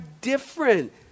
different